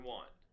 one